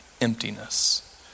emptiness